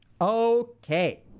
Okay